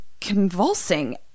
convulsing